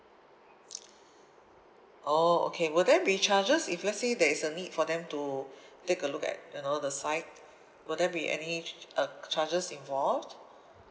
oh okay will there be charges if let's say there is a need for them to take a look at you know the site will there be any uh charges involved